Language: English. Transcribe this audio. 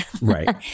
Right